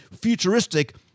futuristic